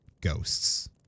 ghosts